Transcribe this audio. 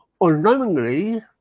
unknowingly